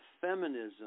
feminism